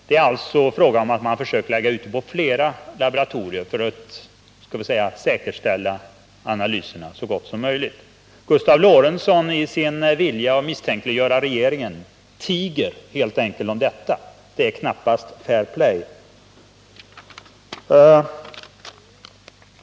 Man har nämligen lagt ut det på flera laboratorier för att säkerställa analyserna så bra som möjligt. I sin vilja att misstänkliggöra regeringen förtiger Gustav Lorentzon helt enkelt detta. Det är knappast fair play.